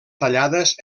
tallades